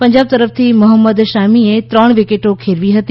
પંજાબ તરફથી મહંમદ શામીએ ત્રણ વિકેટો ખેરવી હતી